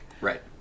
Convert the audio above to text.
Right